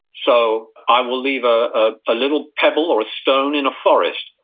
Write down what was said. so i will leave ah ah a little pebble or a stone in a forest.